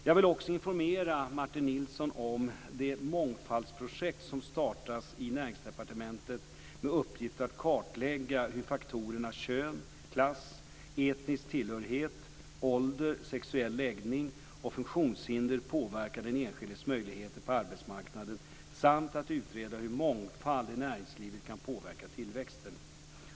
Jag vill också informera Martin Nilsson om det mångfaldsprojektet som startats i Näringsdepartementet med uppgift att kartlägga hur faktorerna kön, klass, etnisk tillhörighet, ålder, sexuell läggning och funktionshinder påverkar den enskildes möjligheter på arbetsmarknaden samt att utreda hur mångfald i näringslivet kan påverka tillväxten.